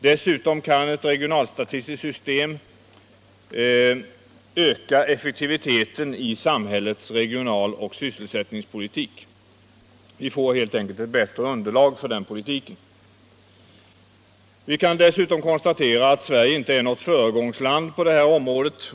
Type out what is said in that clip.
Dessutom kan ett regionalstatistiskt system öka effektiviteten i samhällets regionaloch sysselsättningspolitik. Vi får helt enkelt ett bättre underlag för den politiken. Vi kan dessutom konstatera, att Sverige inte är något föregångsland på det här området.